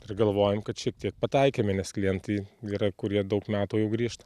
ir galvojam kad šiek tiek pataikėme nes klientai yra kurie daug metų jau grįžta